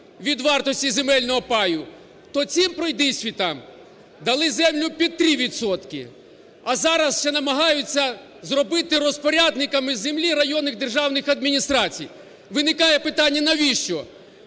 від вартості земельного паю, то цим пройдисвітам дали землю під 3 відсотки. А зараз ще намагаються зробити розпорядниками землі районні державні адміністрації. Виникає питання, навіщо?